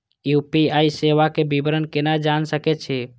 UPI सेवा के विवरण केना जान सके छी?